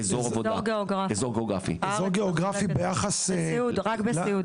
אזור גיאוגרפי, רק בסיעוד.